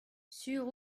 sur